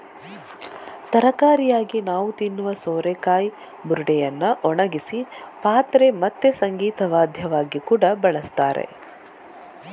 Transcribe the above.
ತರಕಾರಿಯಾಗಿ ನಾವು ತಿನ್ನುವ ಸೋರೆಕಾಯಿ ಬುರುಡೆಯನ್ನ ಒಣಗಿಸಿ ಪಾತ್ರೆ ಮತ್ತೆ ಸಂಗೀತ ವಾದ್ಯವಾಗಿ ಕೂಡಾ ಬಳಸ್ತಾರೆ